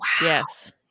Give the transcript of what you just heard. yes